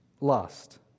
lust